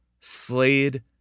Slade